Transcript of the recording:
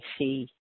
see